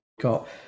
got